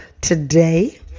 Today